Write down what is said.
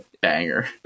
banger